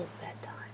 Bedtime